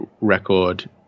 record